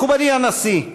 מכובדי הנשיא,